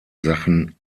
sachen